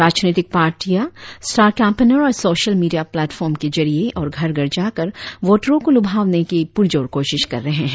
राजनीतिक पार्टियों star campaigner और सोशल मीडिया प्लेटफॉर्म के जरिए और घर घर जाकर वोटरों को लुभावने की पुरजोर कोशिश कर रहे है